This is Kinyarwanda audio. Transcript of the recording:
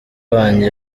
wanjye